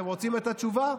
אתם רוצים את התשובה?